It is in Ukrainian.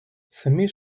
самі